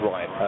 Right